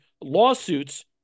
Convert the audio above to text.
lawsuits